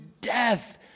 death